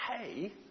hey